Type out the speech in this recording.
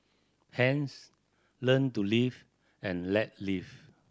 hence learn to live and let live